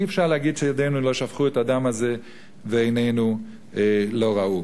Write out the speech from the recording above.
אי-אפשר להגיד שידינו לא שפכו את הדם הזה ועינינו לא ראו.